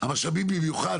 המשאבים במיוחד,